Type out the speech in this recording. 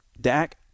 Dak